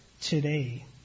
today